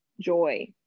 joy